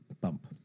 bump